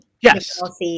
Yes